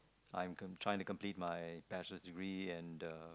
I'm com~ trying to complete my bachelor degree and uh